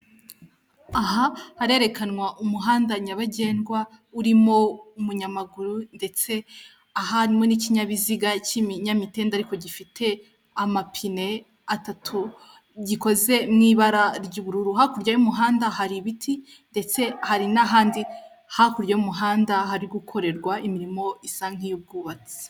Aha harerekanwa umuhanda nyabagendwa urimo umunyamaguru, ndetse aharimo n'ikinyabiziga cy'ibinyamitende ariko gifite amapine atatu gikoze mu ibara ry'ubururu, hakurya y'umuhanda hari ibiti ndetse hari n'ahandi hakurya y'umuhanda hari gukorerwa imirimo isa nk'iy'ubwubatsi.